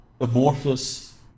amorphous